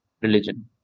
Religion